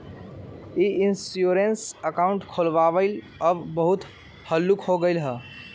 ई insurance account खोलबनाइ अब बहुते हल्लुक हो गेलइ ह